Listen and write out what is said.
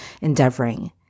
endeavoring